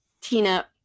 Tina